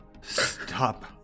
Stop